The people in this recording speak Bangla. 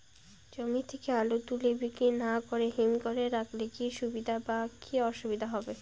জমি থেকে আলু তুলে বিক্রি না করে হিমঘরে রাখলে কী সুবিধা বা কী অসুবিধা হবে?